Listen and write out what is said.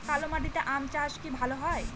কালো মাটিতে আম চাষ কি ভালো হয়?